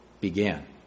Began